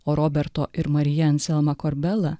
o roberto ir marija anzelma korbela